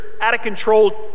out-of-control